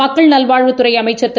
மக்கள் நல்வாழ்வுத்துறைஅமைச்சள் திரு